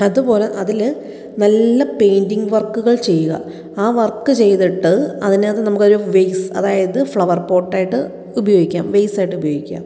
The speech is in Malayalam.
അതുപോലെ അതിൽ നല്ല പെയിന്റിംഗ് വര്ക്കുകള് ചെയ്യുക ആ വര്ക്ക് ചെയ്തിട്ട് അതിനകത്തുനിന്ന് നമുക്ക് ഒരു വെയിസ് അതായത് ഫ്ലവര് പോട്ട് ആയിട്ട് ഉപയോഗിക്കാം വെയിസ് ആയിട്ട് ഉപയോഗിക്കാം